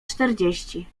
czterdzieści